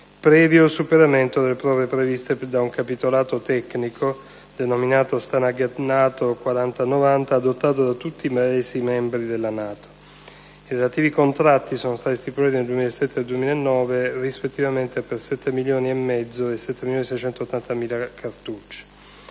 previo superamento delle prove previste da un capitolato tecnico - denominato STANAG NATO 4090 - adottato da tutti i Paesi membri della NATO. I relativi contratti sono stati stipulati nel 2007 e nel 2009, rispettivamente per 7.500.000 e 7.680.000 cartucce.